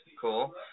cool